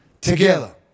Together